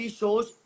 shows